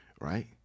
right